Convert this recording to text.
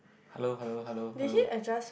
hello hello hello hello